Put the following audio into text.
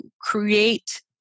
create